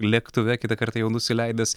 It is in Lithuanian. lėktuve kitą kartą jau nusileidęs